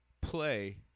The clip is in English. play